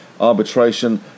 arbitration